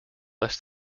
less